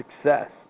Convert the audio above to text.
success